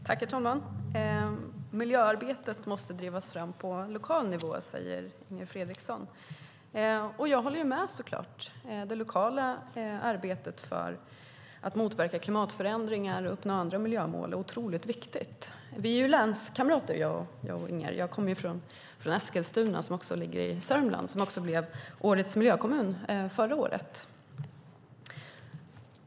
Herr talman! Miljöarbetet måste drivas fram på lokal nivå, säger Inger Fredriksson. Jag håller såklart med; det lokala arbetet för att motverka klimatförändringar och uppnå andra miljömål är otroligt viktigt. Vi är länskamrater, jag och Inger - jag kommer från Eskilstuna, som också ligger i Sörmland och som blev årets miljökommun förra året.